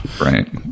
Right